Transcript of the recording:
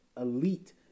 elite